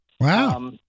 Wow